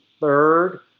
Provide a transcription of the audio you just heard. third